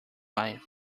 life